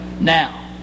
now